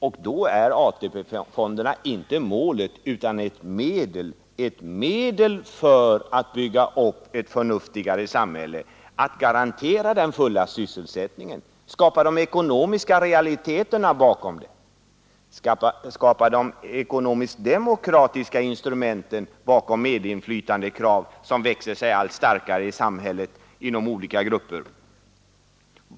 Och då är AP-fonderna inte målet utan medlet, ett medel för att bygga upp ett förnuftigare samhälle, för att garantera den fulla sysselsättningen, för att skapa de ekonomiska realiteterna för den fulla sysselsättningen, för att skapa de ekonomiskt-demokratiska instrumenten bakom medinflytandekrav som växer sig allt starkare i samhället inom olika grupper.